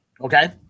Okay